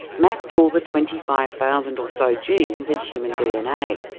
mapped all the twenty five thousand or so genes in human dna.